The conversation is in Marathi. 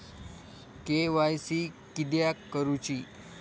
के.वाय.सी किदयाक करूची?